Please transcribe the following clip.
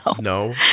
No